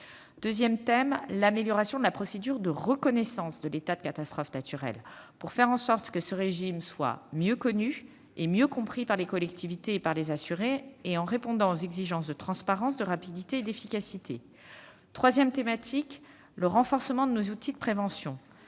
deuxième thématique est l'amélioration de la procédure de reconnaissance de l'état de catastrophe naturelle, pour faire en sorte que ce régime soit mieux connu et mieux compris par les collectivités et par les assurés, en répondant aux exigences de transparence, de rapidité et d'efficacité. La troisième thématique est le renforcement de nos outils de prévention,